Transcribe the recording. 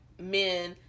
men